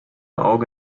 auge